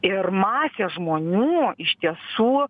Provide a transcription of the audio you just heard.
ir masė žmonių iš tiesų